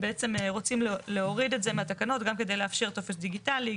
בעצם רוצים להוריד את זה מהתקנות גם כדי לאפשר טופס דיגיטלי.